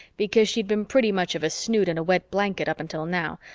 because she'd been pretty much of a snoot and a wet blanket up until now,